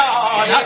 God